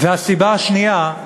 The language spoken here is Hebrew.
הסיבה השנייה: